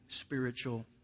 spiritual